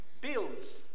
Bill's